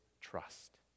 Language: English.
trust